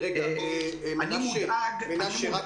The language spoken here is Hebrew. מנשה.